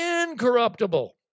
incorruptible